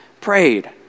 prayed